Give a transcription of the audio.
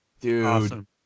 Dude